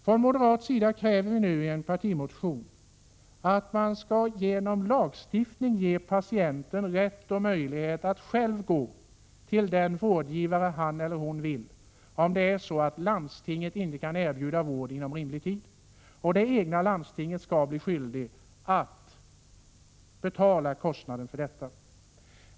Vi moderater kräver i en partimotion att man genom lagstiftning skall ge patienterna rätt och möjligheter att själva uppsöka den vårdgivare som han eller hon vill ha, om inte landstinget kan erbjuda vård inom rimlig tid. Det egna landstinget skall bli skyldigt att betala kostnaderna för vården.